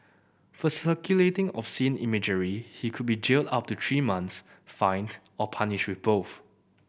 for circulating obscene imagery he could be jailed up to three months fined or punished with both